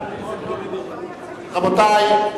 רבותי,